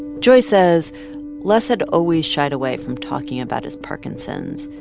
joy says les had always shied away from talking about his parkinson's.